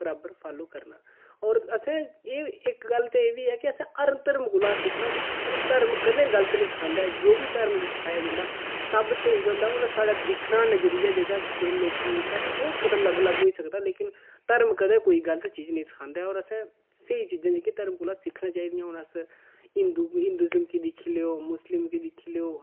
बराबर फाॅलो करना होर असें एह् इक गल्ल ते एह्बी ऐ के असें हर धर्म कोला सिक्खना मतलब धर्म कदें गलत निं सखांदा ऐ जो बी धर्म च सखाया जंदा सब स्हेई गै होंदा हू'न साढ़ा दिक्खने दा नज़रिया जेह्का लोकां जेह्का ओह् कुतै अलग अलग होई सकदा लेकिन धर्म कदें कोई गलत चीज़ निं सखांदा होर असें स्हेई चीज़ां जेह्कियां धर्म कोला सिक्खनियां चाही दियां हू'न अस हिंदु हिंदुइजम गी दिक्खी लैओ मुस्लिम गी दिक्खी लैओ